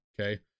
Okay